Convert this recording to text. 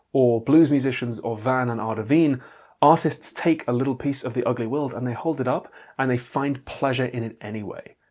or blues musicians, or van and ada veen artists take a little piece of the ugly world and they hold it up and they find pleasure in it anyway.